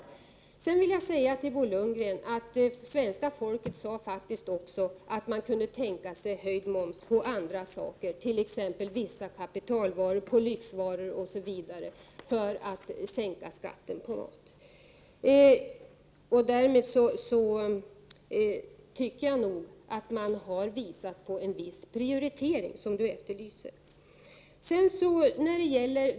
23 Till Bo Lundgren vill jag säga att svenska folket faktiskt också sade att man kunde tänka sig höjd moms på vissa saker, t.ex. en del kapitalvaror, lyxvaror osv., för att momsen på mat skulle kunna sänkas. Därmed tycker jag att man har visat på en viss prioritering av det slag som Bo Lundgren efterlyser.